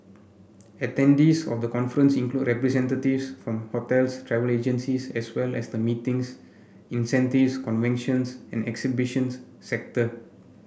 attendees of the conference include representatives from hotels travel agencies as well as the meetings incentives conventions and exhibitions sector